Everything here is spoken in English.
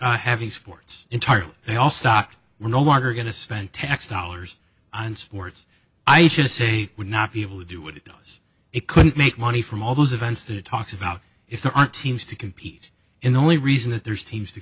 stopped having sports entirely they all stock were no water going to spend tax dollars on sports i should say would not be able to do what it does it couldn't make money from all those events that it talks about if there are teams to compete in the only reason that there's teams to